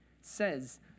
says